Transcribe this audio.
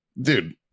dude